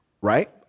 right